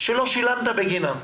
שלא שילמת בגינם.